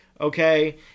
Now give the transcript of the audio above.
Okay